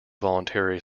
voluntary